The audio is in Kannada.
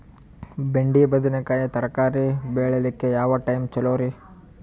ಬೆಂಡಿ ಬದನೆಕಾಯಿ ತರಕಾರಿ ಬೇಳಿಲಿಕ್ಕೆ ಯಾವ ಟೈಮ್ ಚಲೋರಿ?